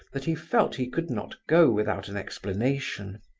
that he felt he could not go without an explanation.